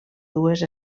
dues